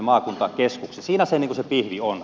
siinä se pihvi on